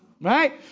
right